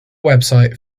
website